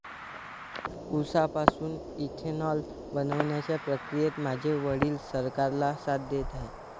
उसापासून इथेनॉल बनवण्याच्या प्रक्रियेत माझे वडील सरकारला साथ देत आहेत